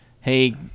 Hey